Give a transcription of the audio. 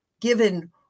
given